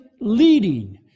leading